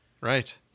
Right